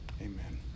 Amen